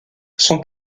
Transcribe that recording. son